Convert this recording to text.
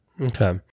Okay